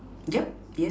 yup yes